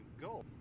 go